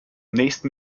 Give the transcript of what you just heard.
nächsten